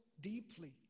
deeply